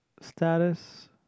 status